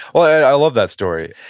i love that story.